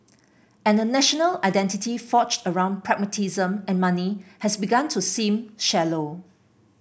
and a national identity forged around pragmatism and money has begun to seem shallow